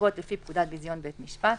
לרבות לפי פקודת ביזיון בית משפט,